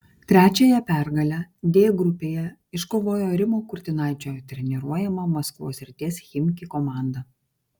trečiąją pergalę d grupėje iškovojo rimo kurtinaičio treniruojama maskvos srities chimki komanda